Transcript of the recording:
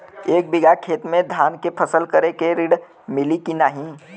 एक बिघा खेत मे धान के फसल करे के ऋण मिली की नाही?